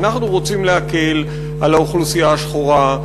אנחנו רוצים להקל על האוכלוסייה השחורה,